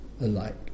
alike